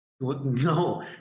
no